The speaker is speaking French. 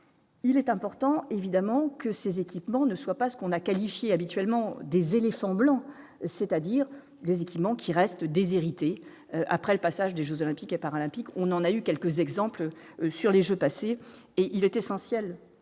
il est important évidemment que ces équipements ne soit pas ce qu'on a qualifié habituellement des éléphants blancs, c'est-à-dire des équipements qui reste déshérités après le passage des Jeux olympiques et paralympiques, on en a eu quelques exemples sur les jeux passés et il est essentiel,